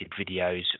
videos